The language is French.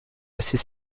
assez